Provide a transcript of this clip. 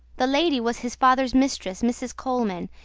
the lady was his father's mistress, mrs. coleman,